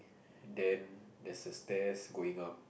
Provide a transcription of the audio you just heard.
then there's a stairs going up